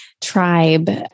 tribe